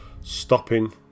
stopping